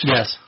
Yes